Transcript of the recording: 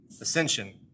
ascension